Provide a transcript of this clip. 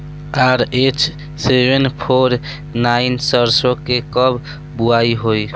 RH seven four nine सरसो के कब बुआई होई?